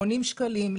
80 שקלים,